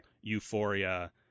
euphoria